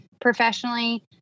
professionally